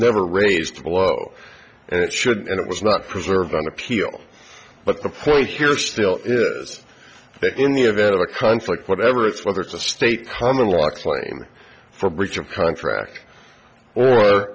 never raised below and it should and it was not preserved on appeal but the point here still is that in the event of a conflict whatever it's whether to state common law claim for breach of contract or